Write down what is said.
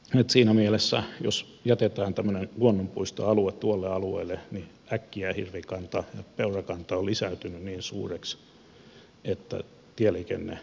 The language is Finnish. että siinä mielessä jos jätetään tämmöinen luonnonpuistoalue tuolle alueelle äkkiä hirvikanta ja peurakanta ovat lisääntyneet niin suuriksi että tieliikenne vaarantuu huomattavasti